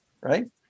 Right